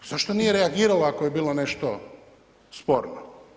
Zašto nije reagiralo, ako je bilo nešto sporno.